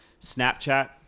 snapchat